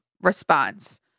response